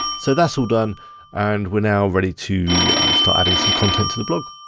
so that's all done and we're now ready to start adding some content to the blog.